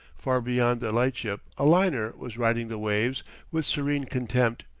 far beyond the lightship a liner was riding the waves with serene contempt,